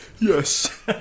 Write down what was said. Yes